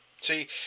See